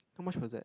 how much was that